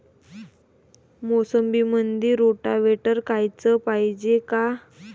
मोसंबीमंदी रोटावेटर कराच पायजे का?